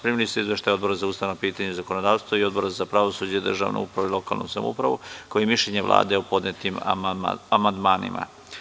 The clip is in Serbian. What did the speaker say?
Primili ste izveštaj Odbora za ustavna pitanja i zakonodavstvo i Odbora za pravosuđe, državnu upravu i lokalnu samoupravu, kao i mišljenje Vlade o podnetim amandmanima.